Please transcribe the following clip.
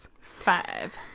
Five